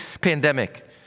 pandemic